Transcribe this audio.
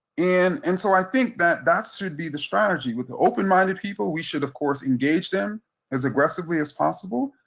and and so i think that that should be the strategy. with the open-minded people, we should of course engage them as aggressively as possible.